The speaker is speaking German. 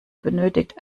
benötigt